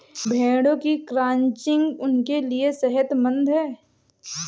भेड़ों की क्रचिंग उनके लिए सेहतमंद है